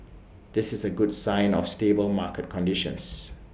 this is A good sign of stable market conditions